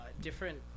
different